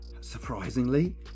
surprisingly